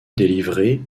délivré